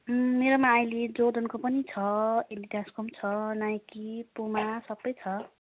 मेरोमा अहिले जोर्डनको पनि छ एडिडासको पनि छ नाइकी पुमा सबै छ